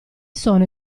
sono